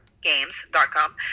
games.com